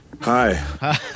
Hi